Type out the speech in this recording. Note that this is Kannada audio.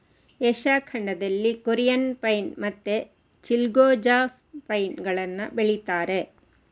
ಏಷ್ಯಾ ಖಂಡದಲ್ಲಿ ಕೊರಿಯನ್ ಪೈನ್ ಮತ್ತೆ ಚಿಲ್ಗೊ ಜಾ ಪೈನ್ ಗಳನ್ನ ಬೆಳೀತಾರೆ